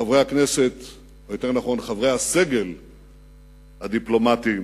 חברי הסגל הדיפלומטי,